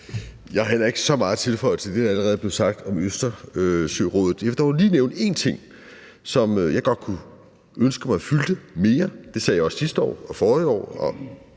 Jeg har heller ikke så meget at tilføje til det, der allerede er blevet sagt om Østersørådet. Jeg vil dog lige nævne en ting, som jeg godt kunne ønske mig fyldte mere. Det sagde jeg også sidste år og forrige år